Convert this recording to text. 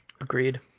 Agreed